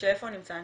--- שאיפה הוא נמצא?